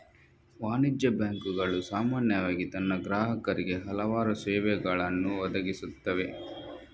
ವಾಣಿಜ್ಯ ಬ್ಯಾಂಕುಗಳು ಸಾಮಾನ್ಯವಾಗಿ ತನ್ನ ಗ್ರಾಹಕರಿಗೆ ಹಲವಾರು ಸೇವೆಗಳನ್ನು ಒದಗಿಸುತ್ತವೆ